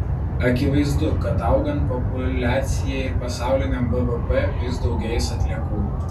akivaizdu kad augant populiacijai ir pasauliniam bvp vis daugės atliekų